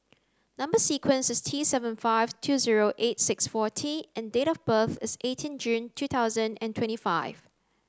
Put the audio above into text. number sequence is T seven five two zero eight six four T and date of birth is eighteen June two thousand and twenty five